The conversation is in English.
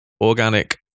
organic